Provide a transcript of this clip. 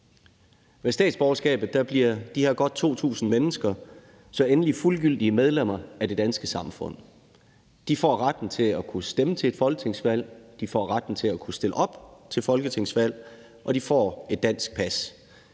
Med statsborgerskabet bliver de her godt 2.000 mennesker så endelig fuldgyldige medlemmer af det danske samfund. De får retten til at kunne stemme til et folketingsvalg, de får retten til at kunne stille op til et folketingsvalg, og de får et dansk pas.